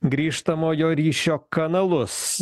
grįžtamojo ryšio kanalus